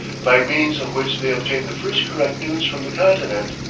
by means of which they obtained the first correct news from the continent.